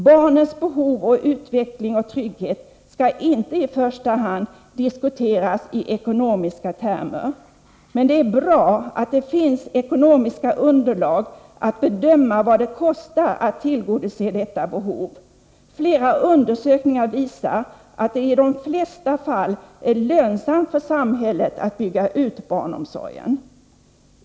Barnens behov av utveckling och trygghet skall inte i första hand diskuteras i ekonomiska termer. Men det är bra att det finns ekonomiska underlag att bedöma vad det kostar att tillgodose detta behov. Flera undersökningar visar att det i de flesta fall är lönsamt för samhället att bygga ut barnomsorgen.